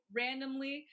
randomly